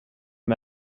med